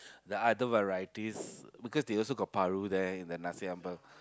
the other varieties because they also got paru there the nasi-ambeng